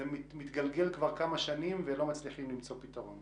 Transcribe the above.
זה מתגלגל כבר שנים ולא מצליחים למצוא פתרון.